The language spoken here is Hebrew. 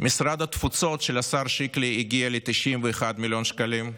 משרד התפוצות של השר שיקלי הגיע ל-91 מיליון שקלים,